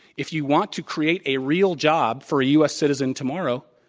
if you want to create a real job for a u. s. citizen tomorrow,